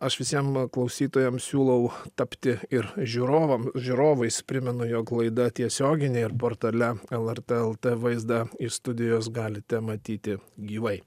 aš visiem klausytojam siūlau tapti ir žiūrovam žiūrovais primenu jog laida tiesioginė ir portale lrt lt vaizdą iš studijos galite matyti gyvai